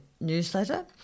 newsletter